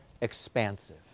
expansive